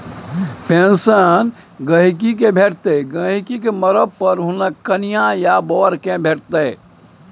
pension गहिंकी केँ भेटतै गहिंकी केँ मरब पर हुनक कनियाँ या बर केँ भेटतै